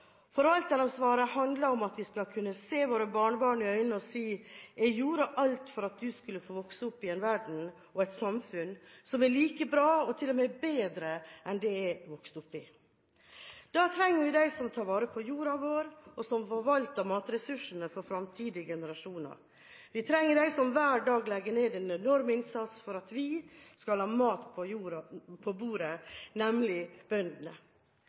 for at du skulle få vokse opp i en verden og et samfunn som er like bra og til og med bedre enn det jeg vokste opp i.» Da trenger vi dem som tar vare på jorda vår og som forvalter matressursene for fremtidige generasjoner. Vi trenger dem som hver dag legger ned en enorm innsats for at vi skal ha mat på bordet, nemlig bøndene.